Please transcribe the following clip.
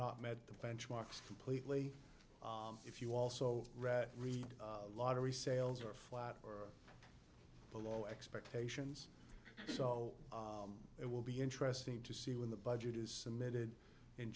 not met the benchmarks completely if you also read read lottery sales are flat or below expectations so it will be interesting to see when the budget is submitted in